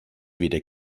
weder